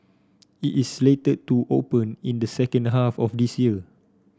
it is slated to open in the second half of this year